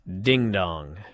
ding-dong